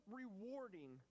rewarding